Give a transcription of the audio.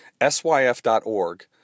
syf.org